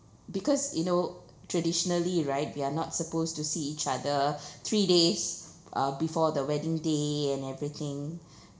because you know traditionally right we're not supposed to see each other three days uh before the wedding day and everything